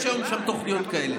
יש שם היום תוכניות כאלה,